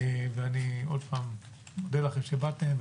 ואני עוד פעם, מודה לכם שבאתם.